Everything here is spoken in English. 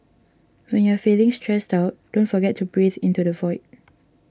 when you are feeling stressed out don't forget to breathe into the void